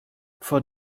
for